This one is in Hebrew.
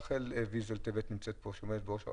רחל ויזל טבת, שעומדת בראש הרלב"ד,